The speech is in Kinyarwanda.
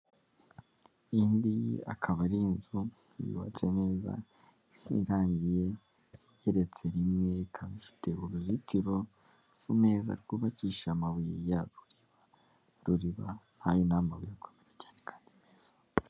Iyi ngiyi akaba ari inzu yubatse neza, irangiye, igereretse rimwe, ikaba ifite uruzitiro rusa neza rwubakisha amabuye ya Ruriba. Ruriba ayo n'amabuye akomera cyane kandi meza.